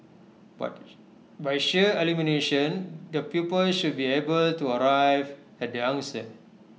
but by sheer elimination the pupils should be able to arrive at the answer